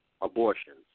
abortions